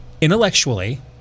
intellectually